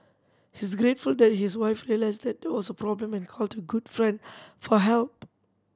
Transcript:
he is grateful that his wife realised there a problem and called a good friend for help